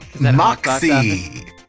Moxie